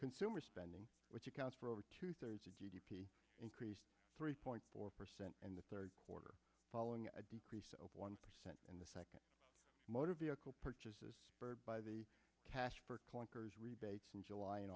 consumer spending which accounts for over two thirds of g d p increased three point four percent in the third quarter following a decrease of one percent in the second motor vehicle purchases by the cash for clunkers rebate from july a